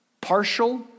Partial